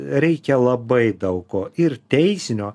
reikia labai daug ko ir teisinio